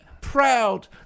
proud